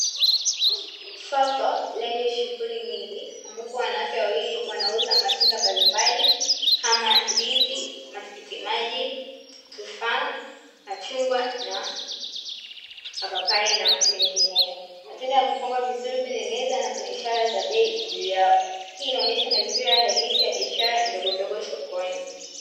Soko lenye shughuli nyingi ambapo wanawake wawili wanauza matunda mbalimbali kama: ndizi, matikitimaji, tufaa, machungwa, na mapapai na mengineyo. Matunda yamepangwa vizuri kwenye meza na kuna ishara za bei juu yao. Hii inaonyesha mazingira halisi ya biashara ndogo ndogo sokoni.